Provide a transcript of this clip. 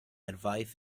advice